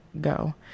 go